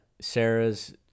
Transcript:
Sarah's